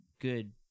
good